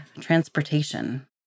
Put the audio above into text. transportation